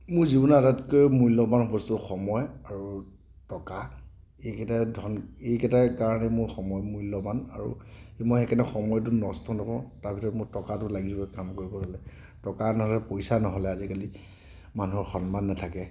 মোৰ জীৱনত আটাইতকৈ মূল্যৱান বস্তু সময় আৰু টকা এইকেইটাৰ ধন এইকেইটাৰ কাৰণে মোৰ সময় মূল্যৱান আৰু মই সেইকাৰণে সময়টো নষ্ট নকৰোঁ তাৰপিছত টকাটো মোক লাগিবই কাম কৰিবলৈ টকা নহ'লে পইচা নহ'লে আজিকালি মানুহৰ সন্মান নেথাকে